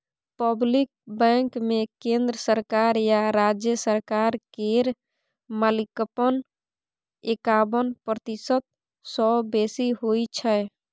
public बैंकमे केंद्र सरकार या राज्य सरकार केर मालिकपन एकाबन प्रतिशत सँ बेसी होइ छै